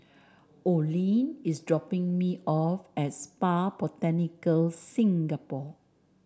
Olene is dropping me off at Spa Botanica Singapore